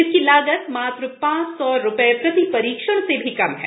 इसकी लागत मात्र पांच सौ रुपए प्रति परीक्षण से भी कम है